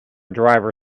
driver